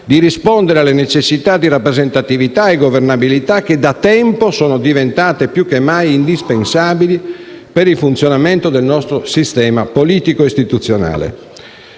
di rispondere alle necessità di rappresentatività e governabilità che da tempo sono diventate più che mai indispensabili per il funzionamento del nostro sistema politico e istituzionale.